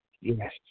Yes